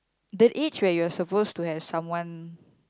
the age where you're supposed to have someone